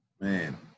man